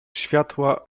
światła